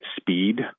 speed